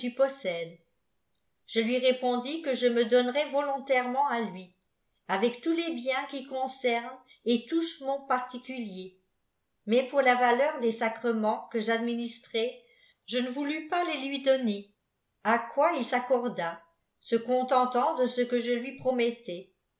je lui répondis que je me donnepaiis volontaireçentà lui avec tous les biens qui concemeût et touchent mon pariiculier mais pour la valeur des sacrements que j'administrais je ne voulus pas les lui donner à quoi il s'acfcofdà se contentant de ce qiie je lui promettais